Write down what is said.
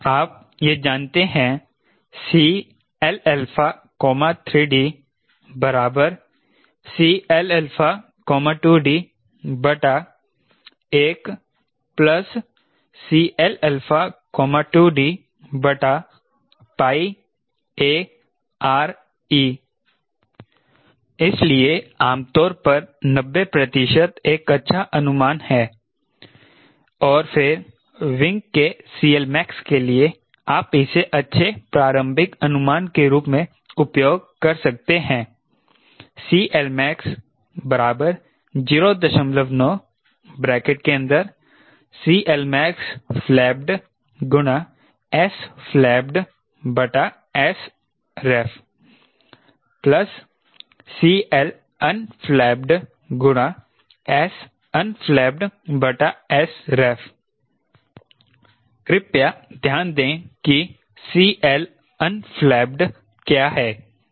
आप यह जानते हैं Cl3d Cl2d1 Cl2dARe इसलिए आमतौर पर 90 प्रतिशत एक अच्छा अनुमान है और फिर विंग के CLmax के लिए आप इसे अच्छे प्रारंभिक अनुमान के रूप में उपयोग कर सकते हैं CLmax 09 flapped SflappedSref unflapped SunflappedSref कृपया ध्यान दें कि unflapped क्या है